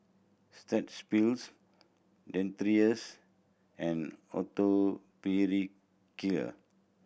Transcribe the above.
Strepsils Dentiste and Atopiclair